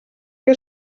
que